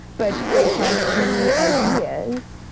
but based on key ideas.